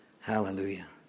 Hallelujah